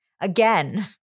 again